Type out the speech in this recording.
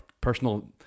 personal